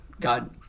God